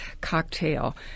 cocktail